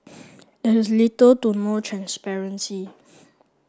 there is little to no transparency